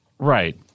Right